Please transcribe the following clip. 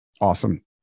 Awesome